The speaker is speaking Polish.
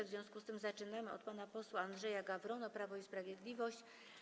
W związku z tym zaczynamy od pana posła Andrzeja Gawrona, Prawo i Sprawiedliwość.